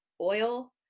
oil